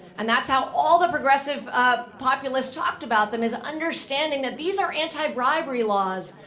and that's how all the progressive ah populists talked about them, is understanding that these are anti-bribery laws,